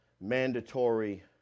mandatory